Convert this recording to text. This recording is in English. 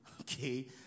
okay